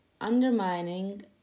undermining